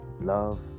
love